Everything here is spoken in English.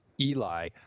Eli